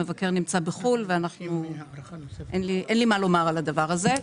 המבקר נמצא בחו"ל ואין לי מה לומר על הדבר הזה.